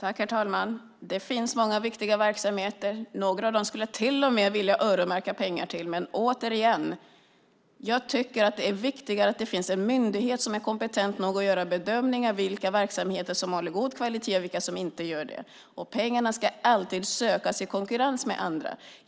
Herr talman! Det finns många viktiga verksamheter. Några av dem skulle jag till och med vilja öronmärka pengar till. Men jag tycker att det är viktigare att det finns en myndighet som är kompetent nog att göra bedömningar av vilka verksamheter som håller god kvalitet och inte. Pengarna ska alltid sökas i konkurrens.